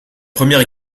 première